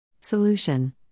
Solution